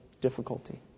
difficulty